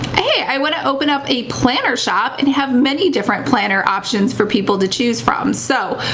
i wanna open up a planner shop and have many different planner options for people to choose from. so,